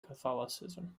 catholicism